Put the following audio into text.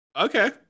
Okay